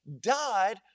died